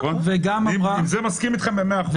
אני מסכים אתכם על זה במאה אחוז.